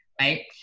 Right